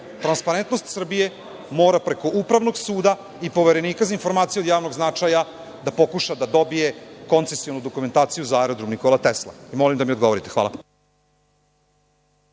transparentnost Srbije mora preko Upravnog suda i Poverenika za informacije od javnog značaja da pokuša da dobije koncesionu dokumentaciju za aerodrom „Nikola Tesla“? Molim da mi odgovorite. Hvala.